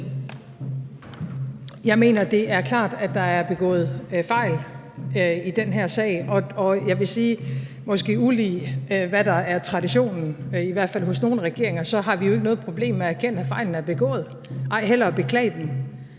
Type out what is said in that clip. Jeg mener, det er klart, at der er begået fejl i den her sag. Og jeg vil sige, at vi – måske ulig hvad der er traditionen, i hvert fald hos nogle regeringer – jo ikke har noget problem med at erkende, at fejlen er begået, ej heller med at beklage den.